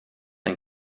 and